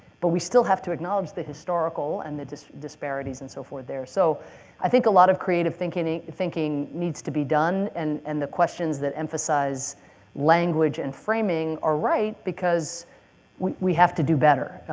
but we still have to acknowledge the historical and the disparities and so forth there. so i think a lot of creative thinking thinking needs to be done. and and the questions that emphasize language and framing are right because we have to do better.